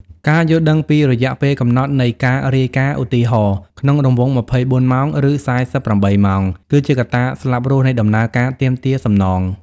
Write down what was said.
ការយល់ដឹងពី រយៈពេលកំណត់នៃការរាយការណ៍ (ឧទាហរណ៍៖ ក្នុងរង្វង់ ២៤ ឬ ៤៨ ម៉ោង) គឺជាកត្តាស្លាប់រស់នៃដំណើរការទាមទារសំណង។